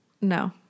No